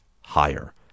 higher